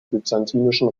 byzantinischen